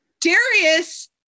Darius